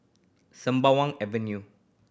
Sembawang Avenue